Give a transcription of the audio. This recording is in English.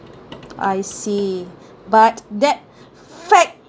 I see but that fact